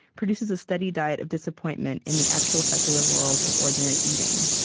produces a steady diet of disappointment in the actual, secular world of ordinary eating.